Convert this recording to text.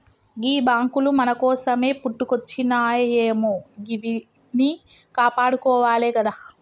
గీ బాంకులు మన కోసమే పుట్టుకొచ్జినయాయె గివ్విట్నీ కాపాడుకోవాలె గదా